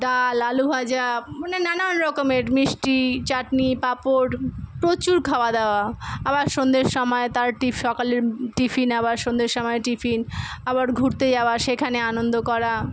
ডাল আলু ভাজা মানে নানান রকমের মিষ্টি চাটনি পাঁপড় প্রচুর খাওয়াদাওয়া আবার সন্ধের সময় তার টিফ সকালের টিফিন আবার সন্ধের সময় টিফিন আবার ঘুরতে যাওয়া সেখানে আনন্দ করা